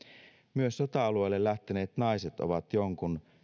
myös sota alueelle lähteneet naiset ovat jonkun